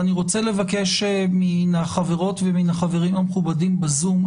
אני רוצה לבקש מן החברות ומן החברים המכובדים בזום,